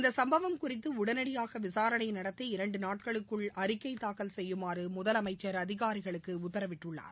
இந்த சும்பவம் குறித்து உடனடியாக விசாரணை நடத்தி இரண்டு நாட்களுக்குள் அறிக்கை தாக்கல் செய்யுமாறு முதலமைச்சர் அதிகாரிகளுக்கு உத்தரவிட்டுள்ளார்